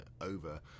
over